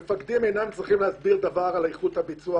מפקדים אינם צריכים להסביר דבר על איכות הביצוע